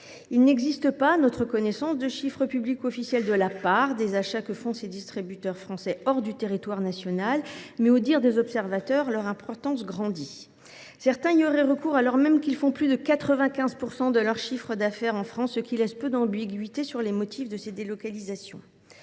Il n’existe pas, à notre connaissance, de chiffres publics ou officiels sur la part des achats que font les distributeurs français hors du territoire national, mais, aux dires des observateurs, leur importance grandit. Certains y auraient recours alors même qu’ils réalisent plus de 95 % de leur chiffre d’affaires en France, ce qui laisse peu d’ambiguïté sur les motifs de ces délocalisations.